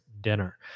dinner